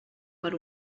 per